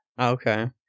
Okay